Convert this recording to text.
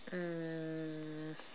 um